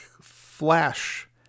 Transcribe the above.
flash